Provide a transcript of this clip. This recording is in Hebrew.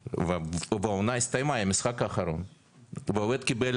והעונה הסתיימה עם המשחק האחרון והאוהד קיבל